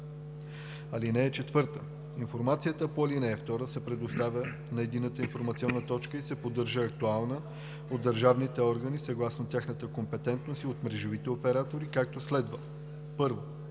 органи. (4) Информацията по ал. 2 се предоставя на Единната информационна точка и се поддържа актуална от държавните органи съгласно тяхната компетентност, и от мрежовите оператори, както следва: 1.